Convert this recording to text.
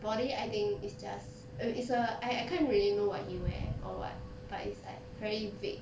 body I think it's just it's a I I can't really know what he wear or what but it's like very vague